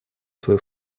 свой